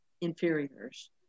inferiors